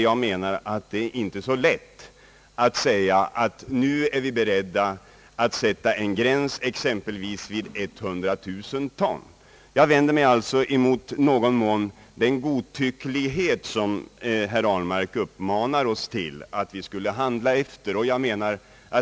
Jag menar att det inte är så lätt att säga att nu är vi beredda att sätta en gräns vid exempelvis 100 000 ton. Jag vänder mig alltså i någon mån mot den godtycklighet som herr Ahlmark uppmanar oss att handla efter.